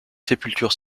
sépultures